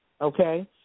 okay